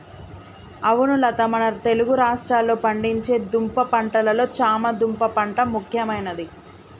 అవును లత మన తెలుగు రాష్ట్రాల్లో పండించే దుంప పంటలలో చామ దుంప పంట ముఖ్యమైనది